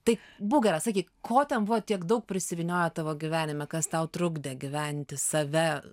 tai būk gera sakyk ko ten buvo tiek daug prisivynioję tavo gyvenime kas tau trukdė gyventi save